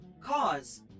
Cause